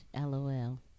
LOL